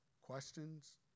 questions